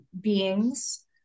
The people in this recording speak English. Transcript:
beings